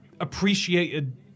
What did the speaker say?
appreciated